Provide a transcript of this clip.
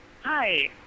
Hi